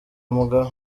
mugabe